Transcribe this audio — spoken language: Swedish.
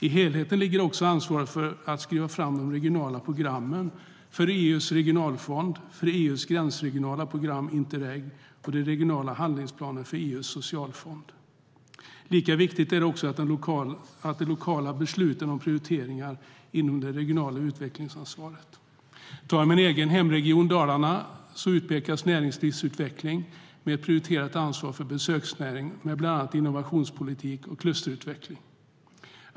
I helheten ligger också ansvaret för att skriva de regionala programmen för EU:s regionalfond och EU:s gränsregionala program Interreg samt de regionala handlingsplanerna för EU:s socialfond. Lika viktiga är de lokala besluten om prioriteringar inom det regionala utvecklingsansvaret. I min egen hemregion Dalarna utpekas näringslivsutveckling - med ett prioriterat ansvar för besöksnäring - med bland annat innovationspolitik och klusterutveckling.